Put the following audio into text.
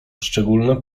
szczególne